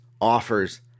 offers